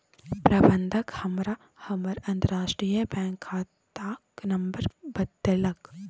प्रबंधक हमरा हमर अंतरराष्ट्रीय बैंक खाताक नंबर बतेलक